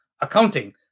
Accounting